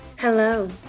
Hello